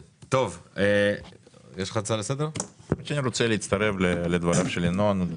אני רוצה להצטרף לדבריו של ינון.